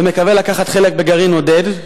ומקווה לקחת חלק בגרעין "עודד",